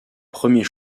premier